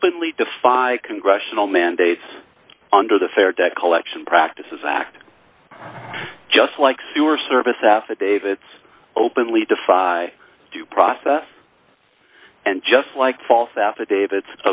openly defy congressional mandates under the fair debt collection practices act just like sewer service affidavits openly defy due process and just like false affidavit